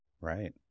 Right